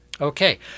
Okay